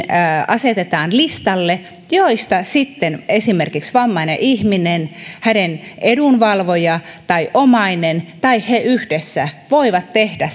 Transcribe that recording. listalle ja niistä sitten esimerkiksi vammainen ihminen hänen edunvalvojansa tai omainen tai he yhdessä voivat tehdä